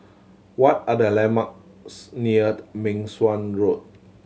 what are the landmarks near Meng Suan Road